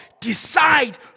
decide